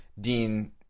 Dean